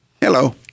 Hello